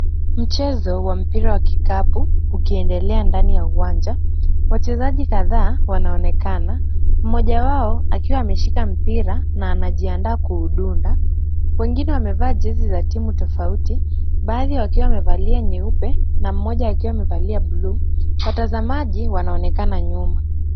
Mchezo wa mpira wa kikapu ukiendelea ndani ya uwanja. Wachezaji kadhaa wanaonekana, mmoja wao akiwa ameshika mpira na anajiandaa kuudunda. Wengine wamevaa jezi za rangi tofauti, baadhi wakiwa wamevalia nyeupe na mmoja akiwa amevalia buluu. Watazamaji wanaonekana nyuma.